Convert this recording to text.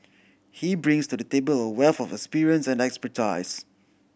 he brings to the table a wealth of experience and expertise